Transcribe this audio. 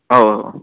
औ औ औ